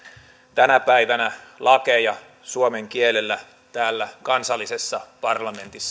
tänä päivänä lakeja suomen kielellä täällä kansallisessa parlamentissamme